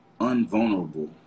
unvulnerable